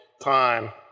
time